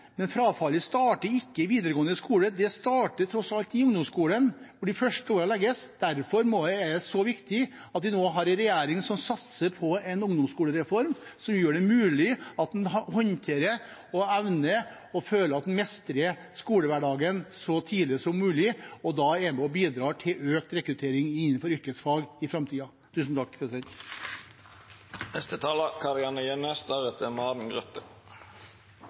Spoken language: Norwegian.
Men frafallet starter ikke i videregående skole, det starter tross alt i ungdomsskolen – i de første årene. Derfor er det så viktig at vi nå har en regjering som satser på en ungdomsskolereform som gjør det mulig at en håndterer og evner å føle at en mestrer skolehverdagen så tidlig som mulig. Da er man med og bidrar til økt rekruttering innenfor yrkesfag i